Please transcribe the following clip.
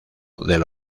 del